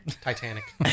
Titanic